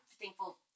thankful